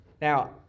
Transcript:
Now